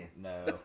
No